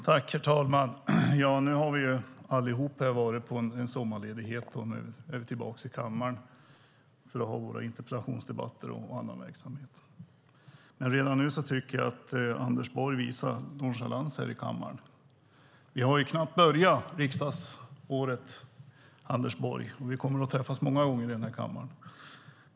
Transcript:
Herr talman! Vi har alla varit på sommarledighet och är nu tillbaka i kammaren för att ha våra interpellationsdebatter och annan verksamhet. Men redan nu tycker jag att Anders Borg visar nonchalans här i kammaren. Vi har knappt börjat riksdagsåret, Anders Borg, och vi kommer att träffas många gånger i denna kammare.